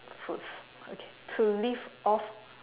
foods okay to live off